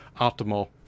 optimal